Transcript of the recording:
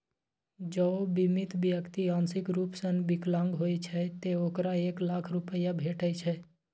जौं बीमित व्यक्ति आंशिक रूप सं विकलांग होइ छै, ते ओकरा एक लाख रुपैया भेटै छै